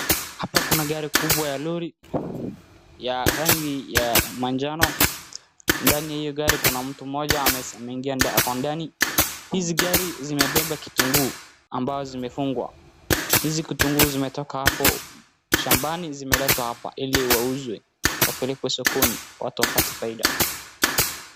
Hapa kuna gari kubwa ya lori ya rangi ya manjano. Ndani ya hiyo gari kuna mtu mmoja ameingia ndani. Hizi gari zimebeba kitunguu ambazo zimefungwa. Hizi vitunguu zimetoka hapo shambani zimeletwa hapa ili wauzwe wapelekwe sokoni watu wapate faida.